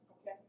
Okay